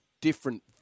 different